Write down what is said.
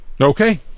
Okay